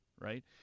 right